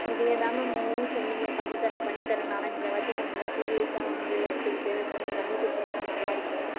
இதே தான் மேம் முன்னையும் சொன்னீங்க பண்ணித்தரேன் பண்ணித்தரேன்னு ஆனால் இந்தவாட்டி கொஞ்சம் சீரியஸ்ஸாக வந்து எடுத்துக்கிட்டு கொஞ்சம் பண்ணிக்கொடுத்திங்கனா நல்லாயிருக்கும்